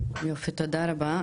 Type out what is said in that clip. יופי, תודה רבה.